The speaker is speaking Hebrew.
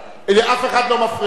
אף אחד לא מפריע יותר.